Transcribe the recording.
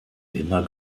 immer